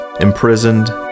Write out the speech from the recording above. imprisoned